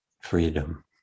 freedom